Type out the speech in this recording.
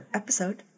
episode